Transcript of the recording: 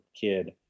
kid